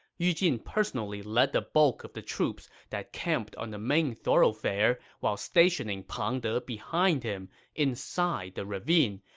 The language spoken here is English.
yu jin personally led the bulk of the troops that camped on the main thoroughfare while stationing pang de behind him inside the ravine,